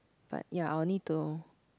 but ya I will need to